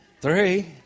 three